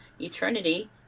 eternity